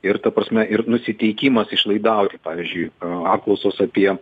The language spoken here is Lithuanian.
ir ta prasme ir nusiteikimas išlaidauti pavyzdžiui apklausos apie